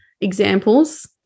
examples